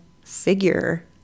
figure